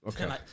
okay